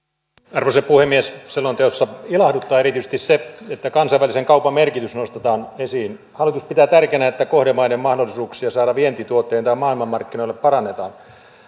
arvoisa puhemies selonteossa ilahduttaa erityisesti se että kansainvälisen kaupan merkitys nostetaan esiin hallitus pitää tärkeänä että kohdemaiden mahdollisuuksia saada vientituotteitaan maailmanmarkkinoille parannetaan